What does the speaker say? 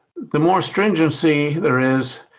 the more stringency there is,